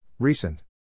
Recent